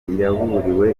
yaburiwe